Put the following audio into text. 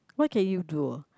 what can you do